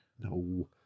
No